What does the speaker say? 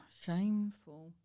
Shameful